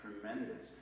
tremendous